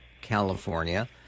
California